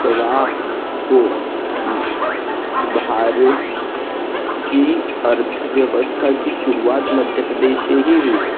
प्रवाह को भारत की अर्थव्यवस्था की शुरुआत मध्य प्रदेश से ही हुई है